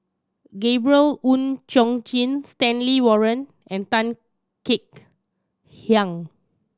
Gabriel Oon Chong Jin Stanley Warren and Tan Kek Hiang